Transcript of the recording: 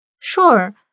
Sure